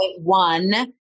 one